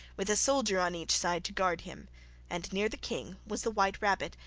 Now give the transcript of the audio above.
with a soldier on each side to guard him and near the king was the white rabbit,